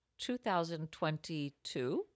2022